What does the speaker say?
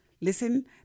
listen